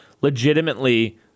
legitimately